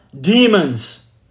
demons